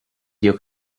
dio